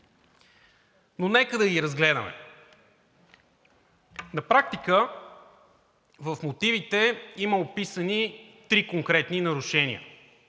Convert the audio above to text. но нека да ги разгледаме. На практика в мотивите има описани 3 конкретни нарушения.